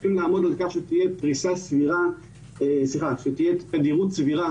צריכים לעמוד על כך שתהיה תדירות סבירה